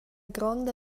gronda